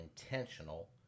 intentional